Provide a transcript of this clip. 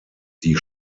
die